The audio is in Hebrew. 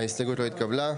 0 ההסתייגות לא התקבלה.